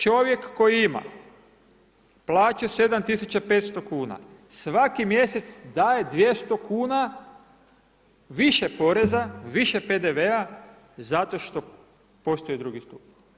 Čovjek koji ima plaću 7 500 kuna svaki mjesec daje 200 kuna više poreza, više PDV-a, zato što postoji drugi stup.